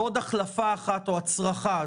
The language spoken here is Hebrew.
בעוד החלפה אחת או הצרחה.